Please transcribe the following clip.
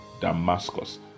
Damascus